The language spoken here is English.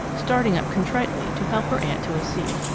starting up contritely to help her aunt to a seat.